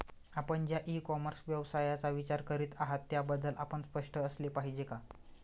आपण ज्या e commerce व्यवसायाचा विचार करीत आहात त्याबद्दल आपण स्पष्ट असले पाहिजे का?